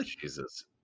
Jesus